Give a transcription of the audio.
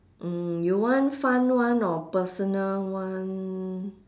mm you want fun one or personal one